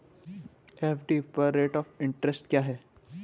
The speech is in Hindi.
एफ.डी पर रेट ऑफ़ इंट्रेस्ट क्या है?